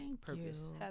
purpose